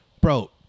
bro